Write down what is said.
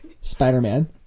spider-man